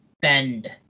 bend